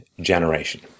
generation